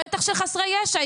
בטח של חסרי ישע.